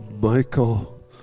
Michael